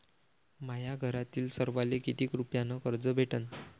माह्या घरातील सर्वाले किती रुप्यान कर्ज भेटन?